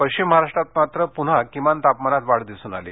पश्विम महाराष्ट्रात मात्र पुन्हा किमान तापमानात वाढ दिसून आली